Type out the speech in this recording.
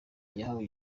yahawe